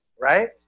Right